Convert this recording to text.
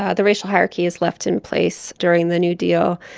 ah the racial hierarchy is left in place during the new deal.